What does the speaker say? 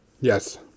Yes